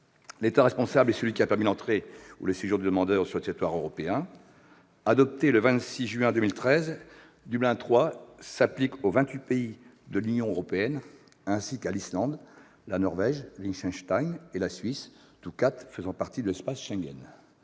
L'État responsable est celui qui a permis l'entrée ou le séjour du demandeur sur le territoire européen. Adopté le 26 juin 2013, le règlement Dublin III s'applique aux vingt-huit pays de l'Union européenne ainsi qu'à l'Islande, à la Norvège, au Liechtenstein et à la Suisse, ces quatre pays faisant partie de l'espace Schengen.